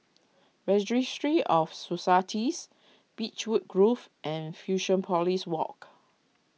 Registry of Societies Beechwood Grove and Fusionopolis Walk